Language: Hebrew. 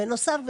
בנוסף,